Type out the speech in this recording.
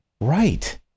Right